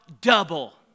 double